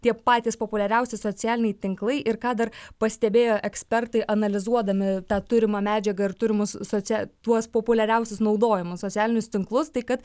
tie patys populiariausi socialiniai tinklai ir ką dar pastebėjo ekspertai analizuodami tą turimą medžiagą ir turimus socia tuos populiariausius naudojamus socialinius tinklus tai kad